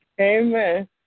Amen